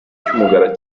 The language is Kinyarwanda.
cy’umukara